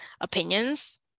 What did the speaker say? opinions